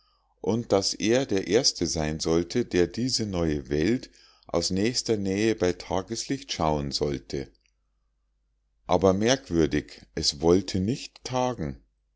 und daß er der erste sein sollte der diese neue welt aus nächster nähe bei tageslicht schauen sollte aber merkwürdig es wollte nicht tagen